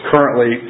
currently